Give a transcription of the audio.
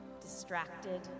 distracted